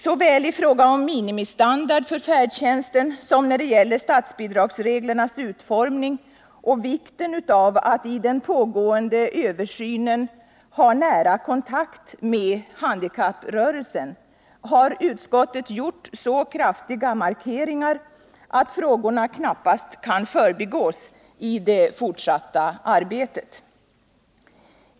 Såväl i fråga om minimistandard för färdtjänsten som när det gäller bidragsreglernas utformning och vikten av att i den pågående översynen ha nära kontakt med handikapprörelsen har utskottet gjort så kraftiga markeringar att frågorna knappast kan förbigås i det fortsatta arbetet.